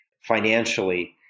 financially